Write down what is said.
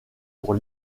pour